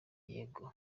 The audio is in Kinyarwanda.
yego